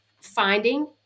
finding